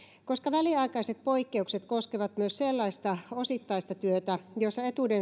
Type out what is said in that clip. koska väliaikaiset poikkeukset koskevat myös sellaista osittaista työtä jossa etuuden